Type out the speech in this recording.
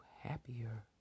happier